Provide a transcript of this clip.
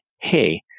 hey